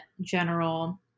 general